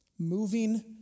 Moving